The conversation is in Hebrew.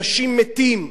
אנשים מתים,